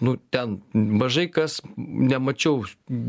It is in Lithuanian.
nu ten mažai kas nemačiau